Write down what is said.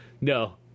No